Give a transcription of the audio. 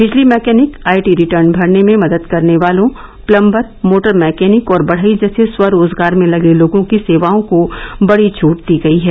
बिजली mechanic IT return भरने में मदद करने वालों प्लंबर मोटर मैकेनिक और बढ़ई जैसे स्वरोजगार में लगे लोगों की सेवाओं को बड़ी छूट दी गई है